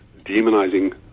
demonizing